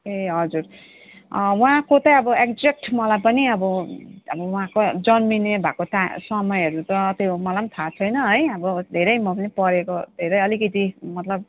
ए हजुर उहाँको चाहिँ अब एग्जेक्ट मलाई पनि अब अब उहाँको जन्मिने भएको त समयहरू त त्यो मलाई पनि थाह छैन है अब धेरै म पनि पढेको धेरै अलिकति मतलब